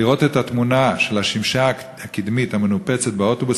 לראות את התמונה של השמשה הקדמית המנופצת באוטובוס